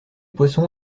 poissons